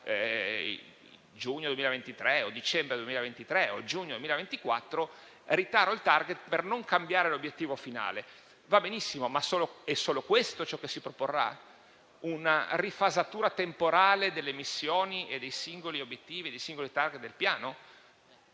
giugno 2023, dicembre 2023 o giugno 2024, e quindi tara nuovamente il *target* per non cambiare l'obiettivo finale. Va benissimo, ma è solo questo ciò che si proporrà? Una rifasatura temporale delle missioni, dei singoli obiettivi e dei singoli *target* del Piano?